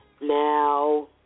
Now